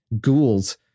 ghouls